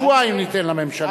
שבועיים ניתן לממשלה.